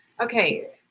Okay